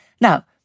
Now